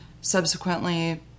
subsequently